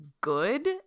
good